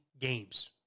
games